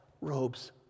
robes